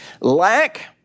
Lack